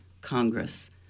Congress